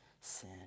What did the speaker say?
sin